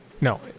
No